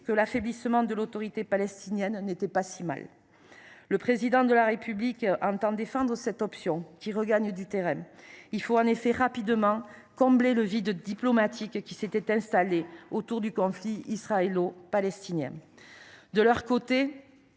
que l’affaiblissement de l’Autorité palestinienne n’était pas si mal venu. Le Président de la République entend défendre cette option, qui regagne du terrain. Il faut en effet rapidement combler le vide diplomatique qui s’était installé autour du conflit israélo palestinien. De leur côté,